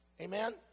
Amen